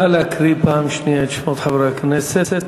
נגד נא להקריא פעם שנייה את שמות חברי הכנסת.